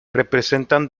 representan